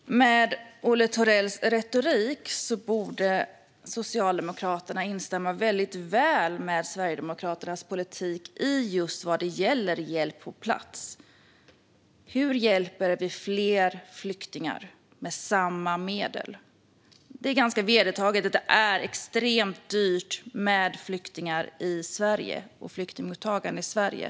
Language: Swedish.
Fru talman! Med Olle Thorells retorik borde Socialdemokraterna ha väldigt lätt att instämma i Sverigedemokraternas politik just vad gäller hjälp på plats. Hur hjälper vi fler flyktingar med samma medel? Det är ganska vedertaget att det är extremt dyrt med flyktingar och flyktingmottagande i Sverige.